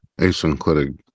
Asynclitic